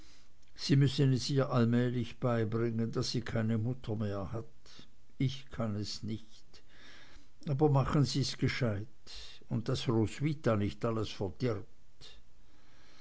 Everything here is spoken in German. sie müssen es ihr allmählich beibringen daß sie keine mutter mehr hat ich kann es nicht aber machen sie's gescheit und daß roswitha nicht alles verdirbt